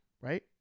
right